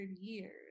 years